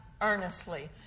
earnestly